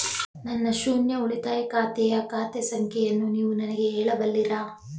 ನನ್ನ ಶೂನ್ಯ ಉಳಿತಾಯ ಖಾತೆಯ ಖಾತೆ ಸಂಖ್ಯೆಯನ್ನು ನೀವು ನನಗೆ ಹೇಳಬಲ್ಲಿರಾ?